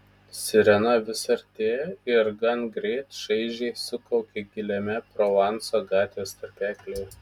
sirena vis artėja ir gangreit šaižiai sukaukia giliame provanso gatvės tarpeklyje